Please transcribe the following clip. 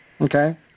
Okay